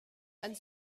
and